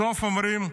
בסוף אומרים: